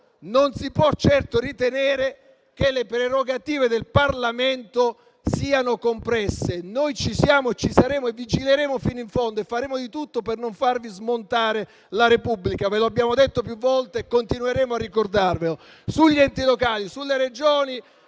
non si può certo ritenere che le prerogative del Parlamento siano compresse. Noi ci siamo, ci saremo e vigileremo fino in fondo e faremo di tutto per non farvi smontare la Repubblica. Ve lo abbiamo detto più volte e continueremo a ricordarvelo sugli enti locali, sulle Regioni